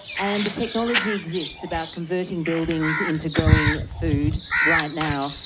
and the technology exists about converting buildings into growing food right now,